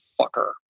fucker